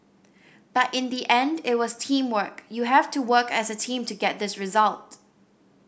but in the end it was teamwork you have to work as a team to get this result